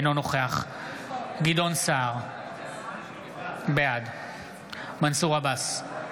אינו נוכח גדעון סער, בעד מנסור עבאס,